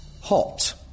Hot